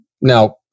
now